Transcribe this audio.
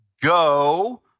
go